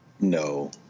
No